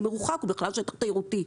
הוא מרוחק, בכלל שטח תיירותי.